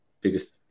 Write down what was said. biggest